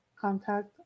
contact